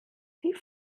die